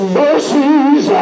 mercies